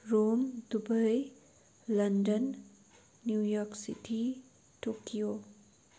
Rome Dubai London New York city Tokyo